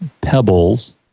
pebbles